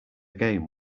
game